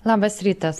labas rytas